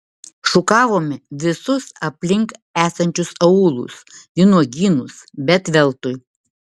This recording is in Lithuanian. šukavome visus aplink esančius aūlus vynuogynus bet veltui